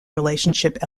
relationship